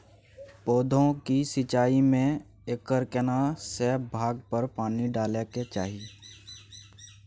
पौधों की सिंचाई में एकर केना से भाग पर पानी डालय के चाही?